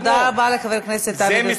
תודה רבה לחבר הכנסת עבד אל חכים חאג' יחיא.